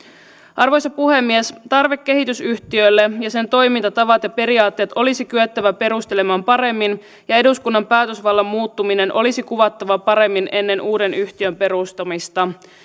arvoisa puhemies tarve kehitysyhtiölle ja ja sen toimintatavat ja periaatteet olisi kyettävä perustelemaan paremmin ja eduskunnan päätösvallan muuttuminen olisi kuvattava paremmin ennen uuden yhtiön perustamista